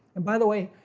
and by the way,